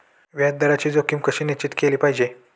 व्याज दराची जोखीम कशी निश्चित केली पाहिजे